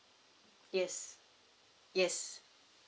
yes yes